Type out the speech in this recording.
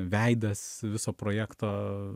veidas viso projekto